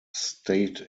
state